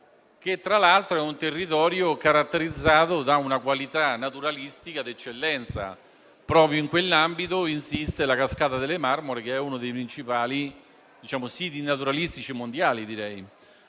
che, tra l'altro, è un territorio caratterizzato da una qualità naturalistica d'eccellenza. Proprio in quell'ambito insiste la cascata delle Marmore, che è uno dei principali siti naturalistici mondiali.